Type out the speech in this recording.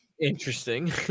Interesting